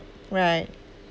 right